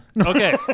Okay